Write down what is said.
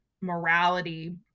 morality